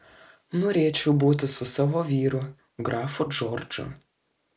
norėčiau būti su savo vyru grafu džordžu